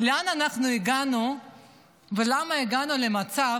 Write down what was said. לאן אנחנו הגענו ולמה הגענו למצב,